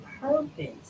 purpose